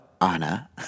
Anna